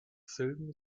silben